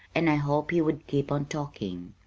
and i hoped he would keep on talking.